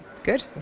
Good